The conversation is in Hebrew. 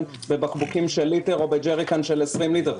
בבקבוקים של ליטר או בג'ריקן של 20 ליטר?